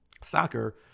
soccer